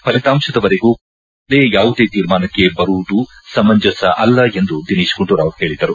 ಫಲಿತಾಂಶದವರೆಗೂ ಕಾದು ನೋಡೋಣ ಈಗಲೇ ಯಾವುದೇ ತೀರ್ಮಾನಕ್ಕೆ ಬರುವುದು ಸಮಂಜಸ ಅಲ್ಲ ಎಂದು ದಿನೇತ್ಗುಂಡೂರಾವ್ ಹೇಳದರು